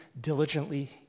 diligently